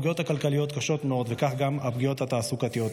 הפגיעות הכלכליות קשות מאוד וכך גם הפגיעות התעסוקתיות,